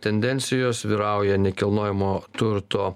tendencijos vyrauja nekilnojamo turto